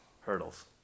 hurdles